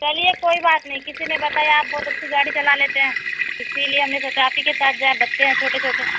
چلیے کوئی بات نہیں کسی نے بتایا آپ بہت اچھی گاڑی چلا لیتے ہیں اسی لیے ہم نے سوچا آپ ہی کے ساتھ جائیں بچے ہیں چھوٹے چھوٹے